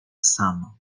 sam